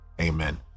Amen